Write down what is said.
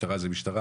משטרה זו משטרה,